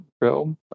Realm